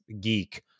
geek